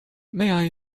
may